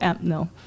no